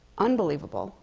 unbelievable,